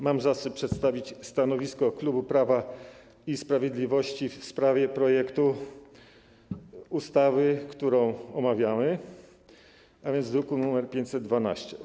Mam zaszczyt przedstawić stanowisko klubu Prawa i Sprawiedliwości w sprawie projektu ustawy, który omawiamy, druk nr 512.